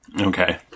Okay